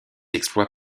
exploit